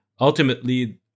ultimately